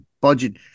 budget